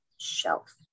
shelf